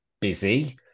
busy